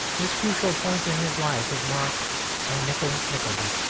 this crucial point in his life is marked by nicholas nickleby.